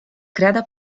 creada